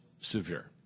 severe